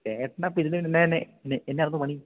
ചേട്ടനാ പണി